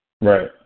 Right